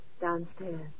downstairs